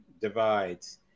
divides